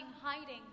hiding